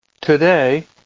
today